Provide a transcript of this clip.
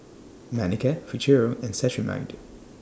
Manicare Futuro and Cetrimide